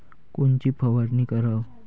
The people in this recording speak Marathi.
कोनची फवारणी कराव?